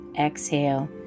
exhale